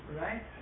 right